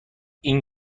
این